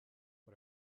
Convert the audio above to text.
but